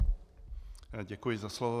Děkuji za slovo.